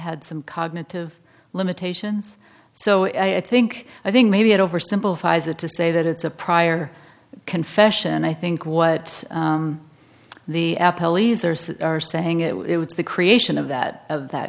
had some cognitive limitations so i think i think maybe it oversimplifies it to say that it's a prior confession and i think what the police are saying it was the creation of that of that